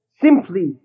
simply